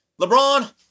LeBron